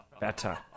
better